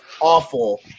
awful